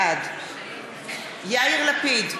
בעד יאיר לפיד,